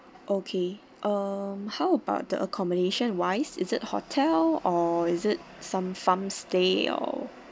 okay um how about the accommodation wise is it hotel or is it some farmstay or